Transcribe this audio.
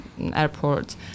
airport